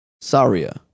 Saria